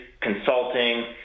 consulting